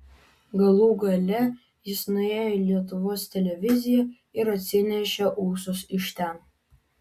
galų gale jis nuėjo į lietuvos televiziją ir atsinešė ūsus iš ten